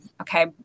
okay